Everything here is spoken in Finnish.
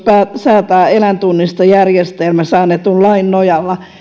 säätää eläintunnistusjärjestelmästä annetun lain nojalla